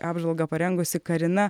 apžvalgą parengusi karina